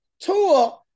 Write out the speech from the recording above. Tua